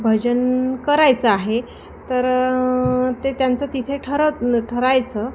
भजन करायचं आहे तर ते त्यांचं तिथे ठरत ठरायचं